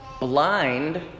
blind